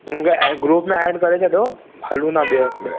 मूंखे add group में add छडो हलूं था ॿिए हफ़्ते